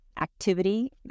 activity